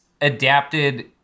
adapted